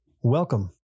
welcome